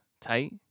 tight